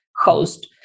host